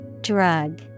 Drug